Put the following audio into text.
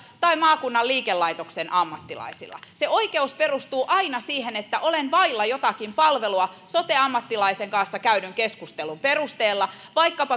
tai maakunnan liikelaitoksen ammattilaisilla se oikeus perustuu aina siihen että olen vailla jotakin palvelua sote ammattilaisen kanssa käydyn keskustelun perusteella on